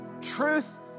Truth